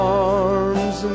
arms